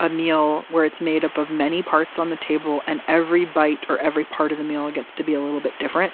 a meal where it's made up of many parts on the table and every bite or every part of the meal and gets to be a little bit different.